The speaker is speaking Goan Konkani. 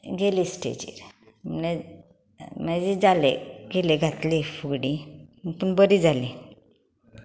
गेलीं स्टेजीर म मागीर जालें गेलीं घातली फुगडी पूण बरी जाली